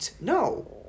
No